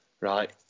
Right